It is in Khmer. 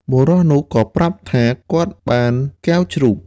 បុរសនោះក៏ប្រាប់ថាគាត់បានកែវជ្រូក។